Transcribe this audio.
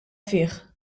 fih